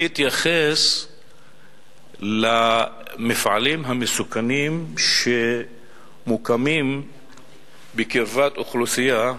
אני אתייחס למפעלים המסוכנים שממוקמים בקרבת אוכלוסייה,